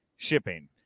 shipping